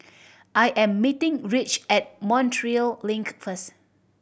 I am meeting Ridge at Montreal Link first